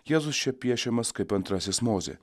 jėzus čia piešiamas kaip antrasis mozė